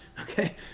okay